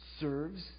Serves